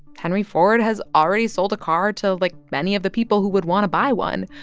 henry ford has already sold a car to, like, many of the people who would want to buy one.